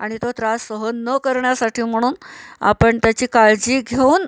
आणि तो त्रास सहन न करण्यासाठी म्हणून आपण त्याची काळजी घेऊन